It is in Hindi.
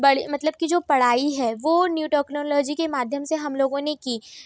बड़ी मतलब कि जो पढ़ाई है वह न्यू टेक्नोलॉजी के माध्यम से हम लोगों ने की